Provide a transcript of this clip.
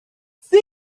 sie